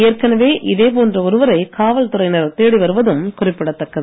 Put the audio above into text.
ஏற்கனவே இதே போன்ற ஒருவரை காவல் துறையினர் தேடி வருவதும் குறிப்பிடத்தக்கது